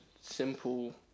simple